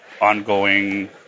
ongoing